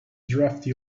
drafty